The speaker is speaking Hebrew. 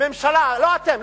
הממשלה, לא אתם.